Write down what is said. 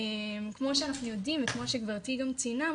כמו שאנחנו יודעים וכמו שגברתי כבר ציינה,